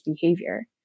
behavior